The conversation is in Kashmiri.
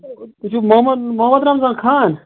تُہۍ چھِوٕ محمد محمد رمضان خان